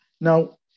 Now